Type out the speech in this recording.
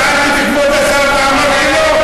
שאלתי את כבוד השר והוא אמר שלא.